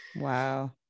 wow